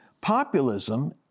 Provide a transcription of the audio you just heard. populism